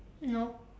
no